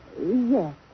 yes